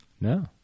No